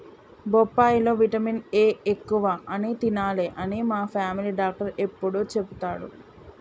బొప్పాయి లో vitamin A ఎక్కువ అని తినాలే అని మా ఫామిలీ డాక్టర్ ఎప్పుడు చెపుతాడు